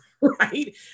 right